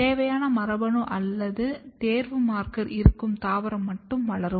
தேவையான மரபணு அல்லது தேர்வு மார்க்கர் இருக்கும் தாவரம் மட்டும் வளரும்